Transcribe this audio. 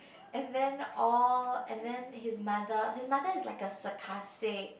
and then all and then his mother his mother is like a sarcastic